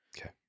okay